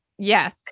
Yes